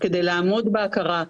כדי לעמוד בהכרה.